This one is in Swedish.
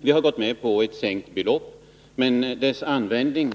Vi har gått med på ett sänkt belopp, men dess användning